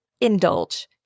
indulge